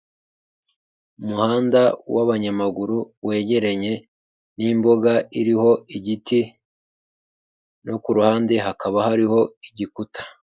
Umuhanda w'abanyamaguru wegeranye n'imbuga iriho igiti, no kuruhande hakaba hariho igikuta.